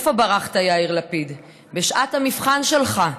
לאן ברחת, יאיר לפיד, בשעת המבחן שלך?